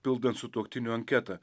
pildant sutuoktinių anketą